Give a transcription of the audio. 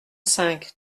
cinq